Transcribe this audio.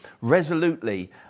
resolutely